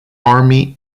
army